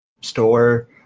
store